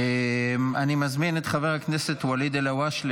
אני מזמין את חבר הכנסת ואליד אלהואשלה